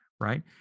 right